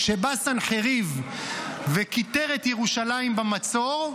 כשבא סנחריב וכיתר את ירושלים במצור,